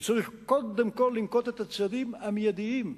צריך קודם כול לנקוט את הצעדים המיידים.